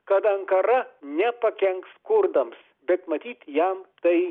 kad ankara nepakenks kurdams bet matyt jam tai